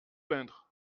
plaindre